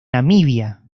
namibia